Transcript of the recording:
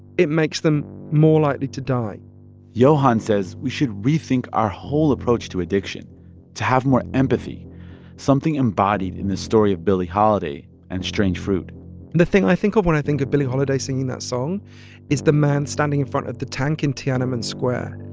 it makes them more likely to die johann says we should rethink our whole approach to addiction to have more empathy something embodied in the story of billie holiday and strange fruit. and the thing i think of when i think of billie holiday singing that song is the man standing in front of the tank in tiananmen square.